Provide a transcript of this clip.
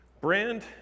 brand